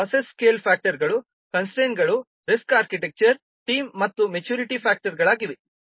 ಇವುಗಳು process scale ಫ್ಯಾಕ್ಟರ್ಗಳು ಕನ್ಸ್ಟ್ರೈನ್ಗಳು ರಿಸ್ಕ್ ಆರ್ಕಿಟೆಕ್ಚರ್ ಮತ್ತು ಮೇಚುರಿಟಿ ಫ್ಯಾಕ್ಟರ್ಗಳಾಗಿವೆ